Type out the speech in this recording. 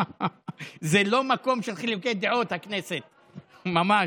זה לא מקום של חילוקי דעות, הכנסת, ממש.